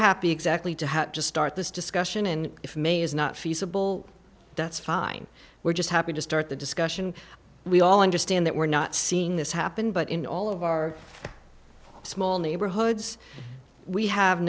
happy exactly to have just start this discussion and if may is not feasible that's fine we're just happy to start the discussion we all understand that we're not seeing this happen but in all of our small neighborhoods we have